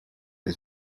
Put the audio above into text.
his